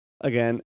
again